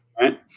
Right